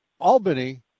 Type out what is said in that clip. Albany